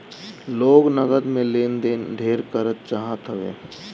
लोग नगद में लेन देन ढेर करे चाहत हवे